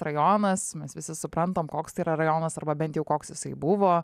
rajonas mes visi suprantam koks tai yra rajonas arba bent jau koks jisai buvo